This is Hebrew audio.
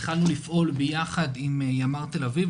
התחלנו לפעול ביחד עם ימ"ר תל אביב,